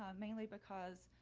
um mainly because